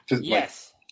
Yes